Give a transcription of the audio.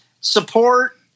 support